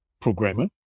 programmer